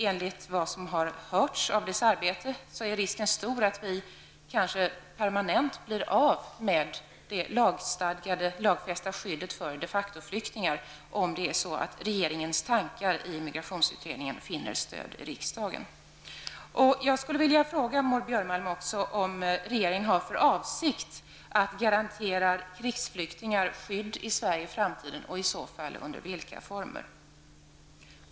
Enligt vad som har försports om dess arbete är risken stor att vi kanske permanent blir av med det lagfästa skyddet för defacto-flyktingar, nämligen om regeringens tankar i migrationsutredningen finner stöd i riksdagen. Jag skulle vilja fråga Maud Björnemalm också om regeringen har för avsikt att garantera krigsflyktingar skydd i Sverige i framtiden och i så fall i vilka former.